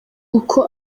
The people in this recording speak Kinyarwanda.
uko